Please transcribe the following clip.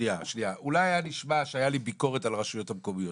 אולי היה נשמע שהייתה לי ביקורת על הרשויות המקומיות,